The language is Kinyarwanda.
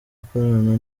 akorana